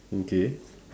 okay